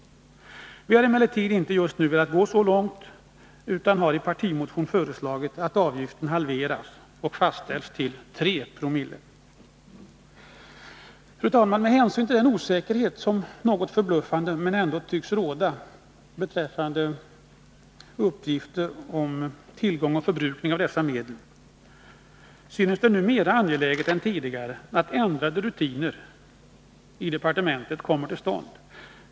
Vi har emellertid just nu inte velat gå så långt utan har i en partimotion föreslagit att avgiften halveras och fastställs till 3 9co. Med hänsyn till den något förbluffande osäkerhet som ändå tycks råda beträffande uppgiften om tillgång på och förbrukning av dessa medel synes det nu mera angeläget än tidigare att ändrade rutiner i departementet kommer till stånd.